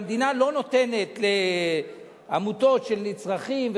המדינה לא נותנת לעמותות של נצרכים,